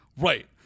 Right